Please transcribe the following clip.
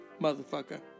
Motherfucker